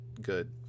good